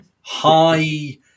high